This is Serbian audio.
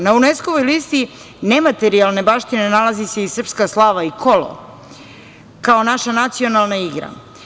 Na UNESKO-voj listi nematerijalne baštine nalazi se i srpska slava i kolo, kao naša nacionalna igra.